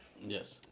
Yes